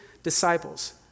disciples